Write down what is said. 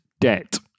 debt